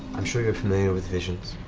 i'm sure you're familiar with visions.